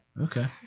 Okay